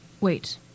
Wait